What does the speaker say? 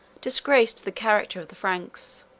disgraced the character of the franks.